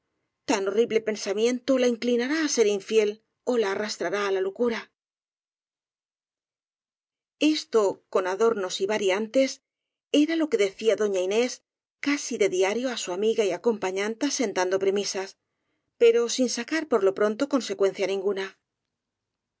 tan horrible pensamiento la inclinará á ser infiel ó la arrastrará á la locura esto con adornos y variantes era lo que decía doña inés casi de diario á su amiga y acompañanta sentando premisas pero sin sacar por lo pronto consecuencia ninguna